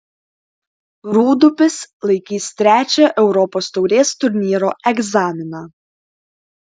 rūdupis laikys trečią europos taurės turnyro egzaminą